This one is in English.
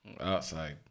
Outside